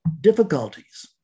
difficulties